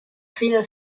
fine